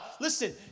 Listen